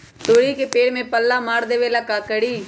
तोड़ी के पेड़ में पल्ला मार देबे ले का करी?